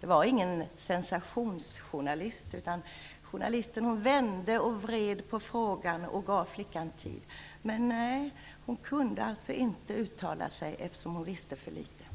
Det var ingen sensationsjournalist, utan hon vände och vred på frågan och gav flickan tid, Men, nej, hon kunde alltså inte uttala sig eftersom hon visste för litet.